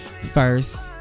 First